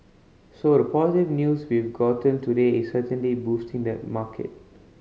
so the positive news we've gotten today is certainly boosting the market